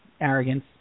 arrogance